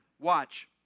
Watch